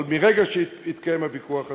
אבל מרגע שמתקיים הוויכוח הזה,